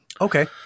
Okay